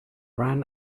ran